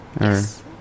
Yes